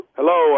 Hello